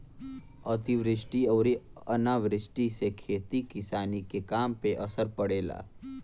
अतिवृष्टि अउरी अनावृष्टि से खेती किसानी के काम पे असर पड़ेला